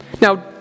Now